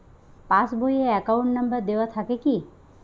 Pass বই এ account number দেওয়া থাকে কি?